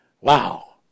Wow